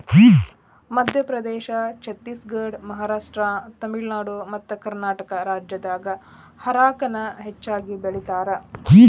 ಮಧ್ಯಪ್ರದೇಶ, ಛತ್ತೇಸಗಡ, ಮಹಾರಾಷ್ಟ್ರ, ತಮಿಳುನಾಡು ಮತ್ತಕರ್ನಾಟಕ ರಾಜ್ಯದಾಗ ಹಾರಕ ನ ಹೆಚ್ಚಗಿ ಬೆಳೇತಾರ